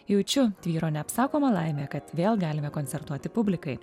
jaučiu tvyro neapsakoma laimė kad vėl galime koncertuoti publikai